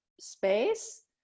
space